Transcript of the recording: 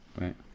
right